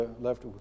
left